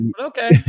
Okay